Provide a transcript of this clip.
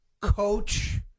coach